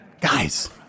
Guys